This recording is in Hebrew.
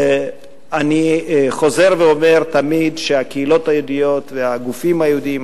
אני תמיד חוזר ואומר שהקהילות היהודיות והגופים היהודיים,